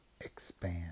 expand